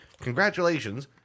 congratulations